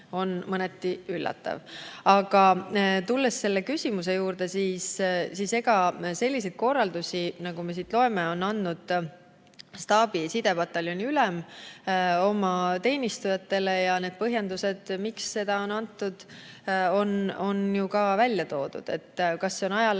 on mõneti üllatav. Aga tulles selle küsimuse juurde, siis sellise korralduse, nagu me siit loeme, on andnud staabi- ja sidepataljoni ülem oma teenistujatele. Põhjendused, miks see sai antud, on ju ka välja toodud. Kas see on ajale